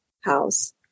house